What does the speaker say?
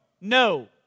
No